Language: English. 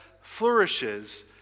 flourishes